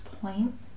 point